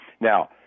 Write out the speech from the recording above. Now